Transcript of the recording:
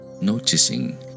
Noticing